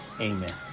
Amen